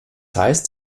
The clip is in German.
heißt